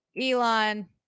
Elon